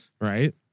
Right